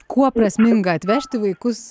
kuo prasminga atvežti vaikus